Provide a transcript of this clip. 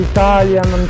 Italian